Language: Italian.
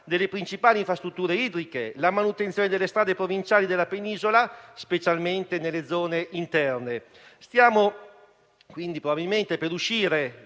delle principali infrastrutture idriche e la manutenzione delle strade provinciali della Penisola, specialmente nelle zone interne. Stiamo quindi probabilmente per uscire